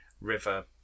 river